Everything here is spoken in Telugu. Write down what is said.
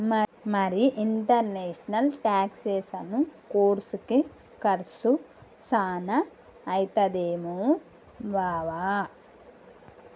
మరి ఇంటర్నేషనల్ టాక్సెసను కోర్సుకి కర్సు సాన అయితదేమో బావా